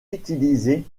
utilisé